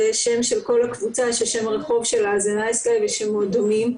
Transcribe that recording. זה השם של כל הקבוצה ששם הרחוב שלה זה 'נייס גאי' ושמות דומים,